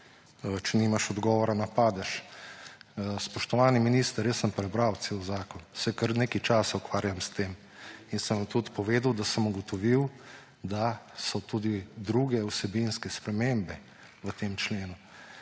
Če nimaš odgovora, napadeš. Spoštovani minister, jaz sem prebral cel zakon, se kar nekaj časa ukvarjam s tem in sem vam tudi povedal, da sem ugotovil, da so tudi druge vsebinske spremembe v tem členu.